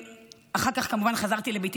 אחר כך כמובן חזרתי לביתי,